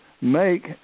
make